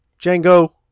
Django